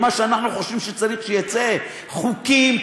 מה שאנחנו חושבים שצריך שיצא: חוקים,